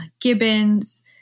gibbons